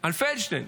על פלדשטיין.